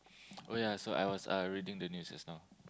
oh yea so I was uh reading the news just now